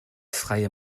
freie